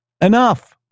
Enough